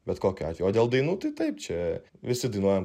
bet kokiu atveju o dėl dainų tai taip čia visi dainuojam